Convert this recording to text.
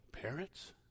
parents